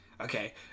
Okay